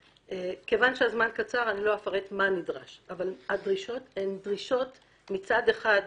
כיוון שהזמן קצר אני לא אפרט מה נדרש אבל הדרישות הן דרישות מצד אחד,